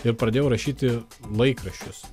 ir pradėjau rašyti laikraščius